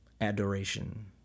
Adoration